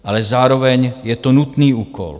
Ale zároveň je to nutný úkol.